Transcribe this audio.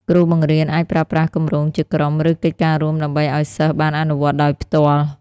គ្រូបង្រៀនអាចប្រើប្រាស់គម្រោងជាក្រុម ឬកិច្ចការរួមដើម្បីឱ្យសិស្សបានអនុវត្តដោយផ្ទាល់។